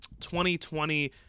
2020